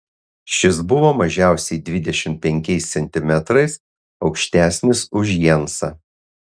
šis buvo mažiausiai dvidešimt penkiais centimetrais aukštesnis už jensą